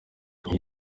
iyi